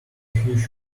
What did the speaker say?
huge